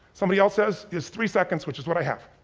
somebody else's is three seconds which is what i have.